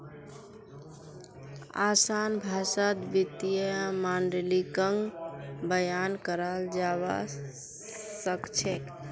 असान भाषात वित्तीय माडलिंगक बयान कराल जाबा सखछेक